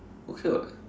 okay [what]